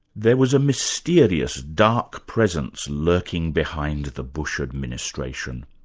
there was a mysterious, dark presence lurking behind the bush administration.